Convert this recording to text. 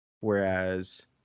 whereas